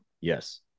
Yes